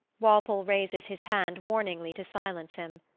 walpole raises his hand warningly to silence him.